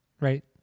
right